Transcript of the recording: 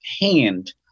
hand